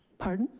pardon?